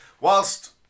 Whilst